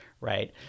right